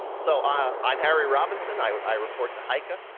so i'm harry robinson, i i report to haiku.